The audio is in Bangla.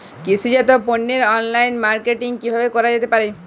কৃষিজাত পণ্যের অনলাইন মার্কেটিং কিভাবে করা যেতে পারে?